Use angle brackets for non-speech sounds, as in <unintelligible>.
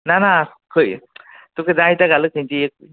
ना ना खंय तुका जाय तें घालू <unintelligible>